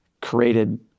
created